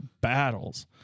battles